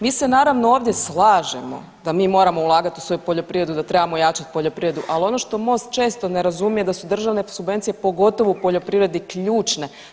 Mi se naravno ovdje slažemo da mi moramo ulagat u svoju poljoprivredu, da trebamo ojačati poljoprivredu, ali ono što Most često ne razumije da su državne subvencije pogotovo u poljoprivredi ključne.